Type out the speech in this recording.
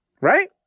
Right